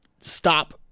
stop